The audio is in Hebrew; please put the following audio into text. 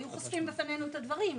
היו חושפים בפנינו את הדברים.